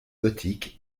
gothiques